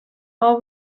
all